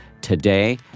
today